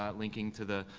um linking to the